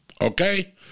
okay